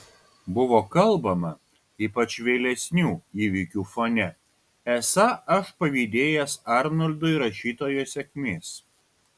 buvo kalbama ypač vėlesnių įvykių fone esą aš pavydėjęs arnoldui rašytojo sėkmės